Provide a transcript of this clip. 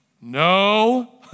No